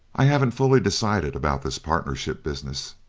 i haven't fully decided about this partnership business.